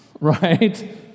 Right